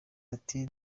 ati